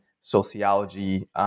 sociology